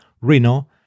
Reno